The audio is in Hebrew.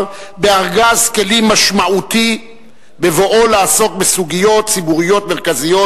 בארגז כלים משמעותי בבואו לעסוק בסוגיות ציבוריות מרכזיות,